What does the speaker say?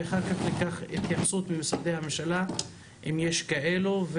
ואחר כך ניקח את התייחסות ממשרדי הממשלה אם יש כאלה.